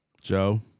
Joe